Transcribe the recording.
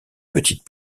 petite